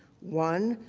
one,